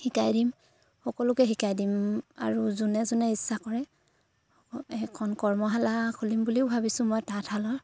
শিকাই দিম সকলোকে শিকাই দিম আৰু যোনে যোনে ইচ্ছা কৰে এখন কৰ্মশালা খুলিম বুলিও ভাবিছোঁ মই তাঁতশালৰ